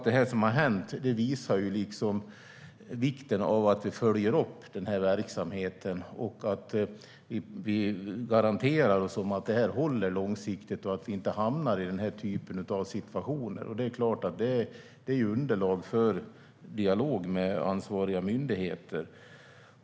Det som har hänt visar vikten av att vi följer upp verksamheten och garanterar att det här håller långsiktigt, så att vi inte hamnar i den här typen av situationer. Det är klart att det är ett underlag för dialog med ansvariga myndigheter.